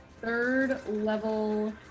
third-level